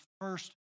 first